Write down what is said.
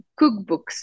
cookbooks